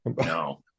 No